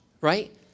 right